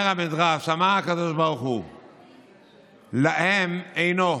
אומר המדרש: אמר הקדוש ברוך הוא להם, אינו